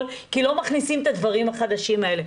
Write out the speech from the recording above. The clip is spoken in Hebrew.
כי לא מכניסים את הדברים החדשים האלה.